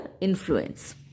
influence